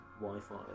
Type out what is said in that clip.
Wi-Fi